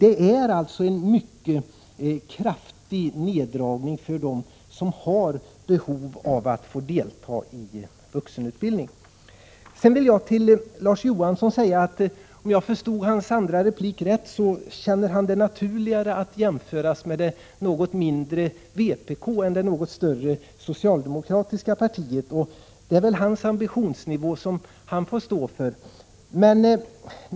Det är alltså en mycket kraftig neddragning för dem som har behov av att få delta i vuxenutbildning. Om jag förstod Larz Johansson rätt i hans andra replik, tycker han att det är naturligare att jämföras med det mindre vpk än med det något större = Prot. 1986/87:127 socialdemokratiska partiet. Om det är hans ambitionsnivå får han stå för den.